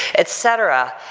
etc,